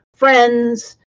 friends